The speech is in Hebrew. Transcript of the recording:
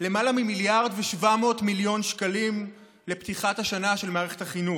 למעלה מ-1.7 מיליארד שקלים לפתיחת השנה של מערכת החינוך,